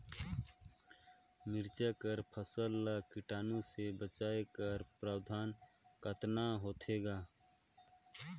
मिरचा कर फसल ला कीटाणु से बचाय कर प्रबंधन कतना होथे ग?